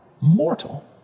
mortal